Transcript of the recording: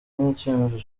n’icyemezo